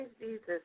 Jesus